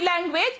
language